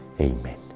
Amen